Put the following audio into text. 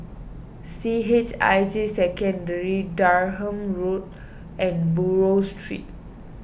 C H I J Secondary Durham Road and Buroh Street